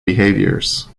behaviors